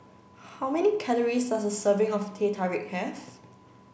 how many calories does a serving of Teh Tarik have